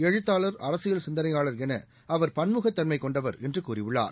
எழுத்தாளர் அரசியல் சிந்தனையாளர் எனஅவர் பன்முகத்தன்மைகொண்டவர் என்றுகூறியுள்ளார்